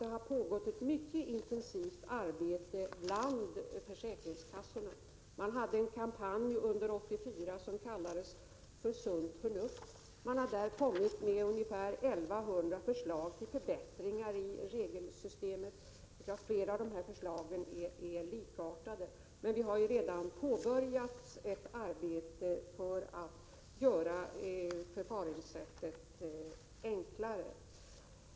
Det har pågått ett mycket intensivt arbete på försäkringskassorna. Man hade under 1984 en kampanj som kallades Sunt förnuft. Man har där kommit med 1 100 förslag till förbättringar i regelsystemet. Flera av förslagen är likartade. Vi har redan påbörjat ett arbete för att göra förfaringssättet enklare.